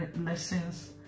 lessons